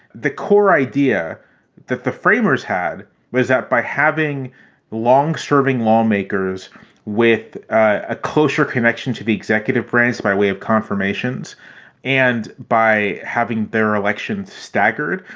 the core idea that the framers had was that by having long serving lawmakers with a closer connection to the executive branch by way of confirmations and by having their elections staggered,